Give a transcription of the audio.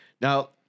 Now